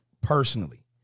personally